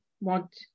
want